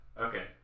Okay